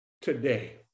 today